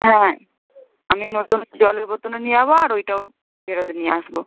হ্যাঁ হ্যাঁ আমি নতুন জলের বোতলও নিয়ে যাব আর ওইটাও ফেরত নিয়ে আসব